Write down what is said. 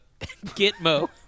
Gitmo